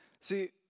See